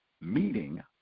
meeting